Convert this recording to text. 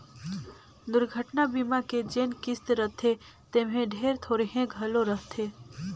दुरघटना बीमा के जेन किस्त रथे तेम्हे ढेरे थोरहें घलो रहथे